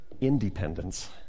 independence